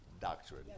doctrine